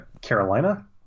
Carolina –